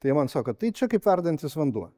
tai jie man sako kad tai čia kaip verdantis vanduo